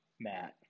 Matt